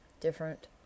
different